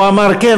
הוא אמר: כן,